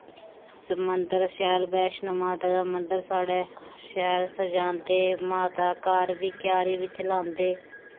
मन्दर शैल बैष्णो माता दा मन्दर साढ़ै शैल सज़ांदे माता घर बी क्यारी बिच्च लांदे